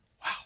wow